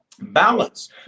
Balance